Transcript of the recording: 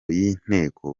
y’inteko